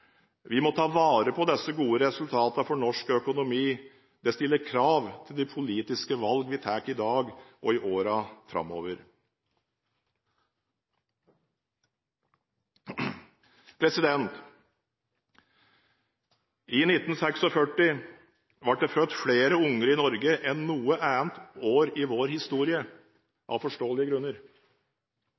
Vi må ta vare på disse gode resultatene for norsk økonomi. Det stiller krav til de politiske valgene vi tar i dag og i årene framover. I 1946 ble det født flere barn i Norge enn noe annet år i vår historie – av forståelige grunner.